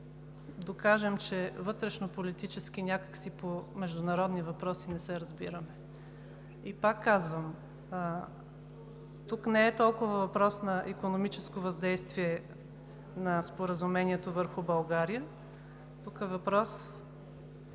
докажем, че вътрешнополитически някак си по международни въпроси не се разбираме. И пак казвам, тук не е толкова въпрос на икономическо въздействие на Споразумението върху България, тук е въпрос